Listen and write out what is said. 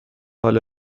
حالا